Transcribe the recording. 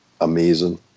amazing